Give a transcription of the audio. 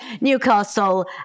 Newcastle